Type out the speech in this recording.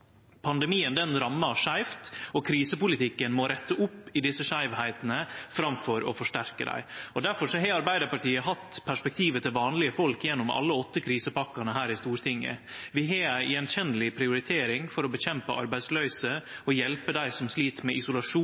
Pandemien rammar skeivt, og krisepolitikken må rette opp i desse skeivskapane framfor å forsterke dei. Difor har Arbeidarpartiet hatt perspektivet til vanlege folk gjennom alle åtte krisepakkene her i Stortinget. Vi har ei prioritering som er til å kjenne att, for å kjempe imot arbeidsløyse og hjelpe dei som slit med isolasjon